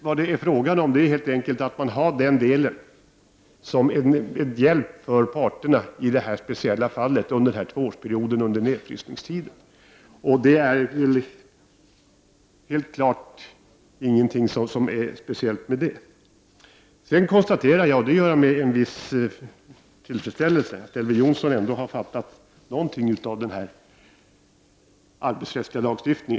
Vad det handlar om är att man har denna del som en hjälp för parterna i detta speciella fall under tvåårsperioden, alltså under nedfrysningstiden. Sedan konstaterar jag med en viss tillfredsställelse att Elver Jonsson ändå fattat något av denna arbetsrättsliga lagstiftning.